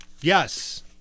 yes